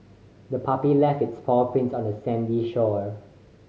the puppy left its paw prints on the sandy shore